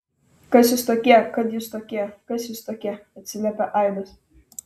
kas jūs tokie kad jūs tokie kas jūs tokie atsiliepė aidas